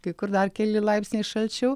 kai kur dar keli laipsniai šalčiau